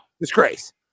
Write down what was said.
Disgrace